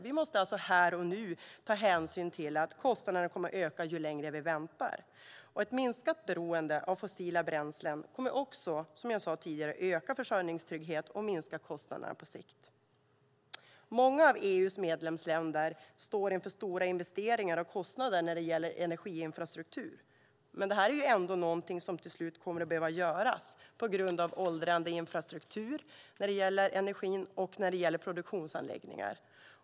Vi måste alltså här och nu ta hänsyn till att kostnaderna kommer att öka ju längre vi väntar. Ett minskat beroende av fossila bränslen kommer också, som jag sade tidigare, att öka försörjningstryggheten och minska kostnaderna på sikt. Många av EU:s medlemsländer står inför stora investeringar och kostnader när det gäller energiinfrastruktur. Men det handlar ändå om något som kommer att behöva göras till slut, på grund av åldrande infrastruktur för energi och produktionsanläggningar.